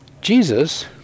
Jesus